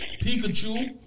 Pikachu